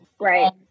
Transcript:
Right